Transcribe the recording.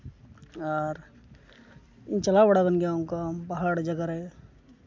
ᱟᱨ ᱪᱟᱞᱟᱣ ᱵᱟᱲᱟ ᱠᱟᱱ ᱜᱮᱭᱟ ᱚᱱᱠᱟ ᱯᱟᱦᱟᱲ ᱡᱟᱭᱜᱟ ᱨᱮ